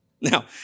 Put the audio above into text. Now